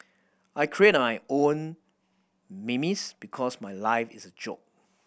I create nine own memes because my life is a joke